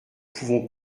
pouvons